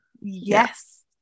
Yes